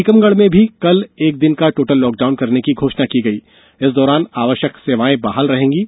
टीकमगढ़ मे भी कल एक दिन के टोटल लॉकडाउन करने की घोषणा की गई है इस दौरान आवश्यक सेवाये बहाल रहेगीं